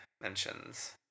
Mentions